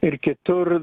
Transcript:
ir kitur